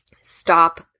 Stop